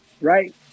Right